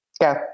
go